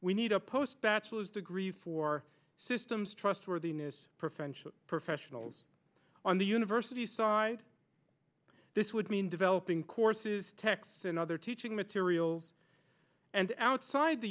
we need a post bachelor's degree for systems trustworthiness for french professionals on the university side this would mean developing courses texts and other teaching materials and outside the